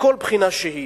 מכל בחינה שהיא.